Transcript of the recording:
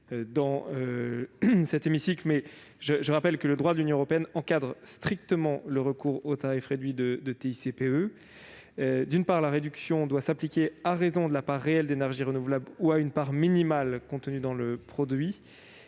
dans cet hémicycle, je rappelle que le droit de l'Union européenne encadre strictement le recours au tarif réduit de TICPE. D'une part, la réduction doit s'appliquer à raison de la part réelle d'énergies renouvelables ou à une part minimale contenue dans le produit.